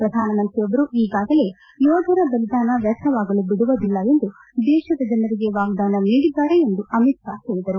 ಪ್ರಧಾನಮಂತ್ರಿ ಅವರು ಈಗಾಗಲೇ ಯೋಧರ ಬಲಿದಾನ ವ್ಯರ್ಥವಾಗಲು ಬಿಡುವುದಿಲ್ಲ ಎಂದು ದೇಶದ ಜನರಿಗೆ ವಾಗ್ದಾನ ನೀಡಿದ್ದಾರೆ ಎಂದು ಅಮಿತ್ ಷಾ ಹೇಳಿದರು